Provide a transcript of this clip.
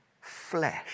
flesh